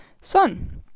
son